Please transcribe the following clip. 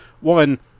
One